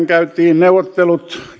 käytiin neuvottelut